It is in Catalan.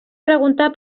preguntar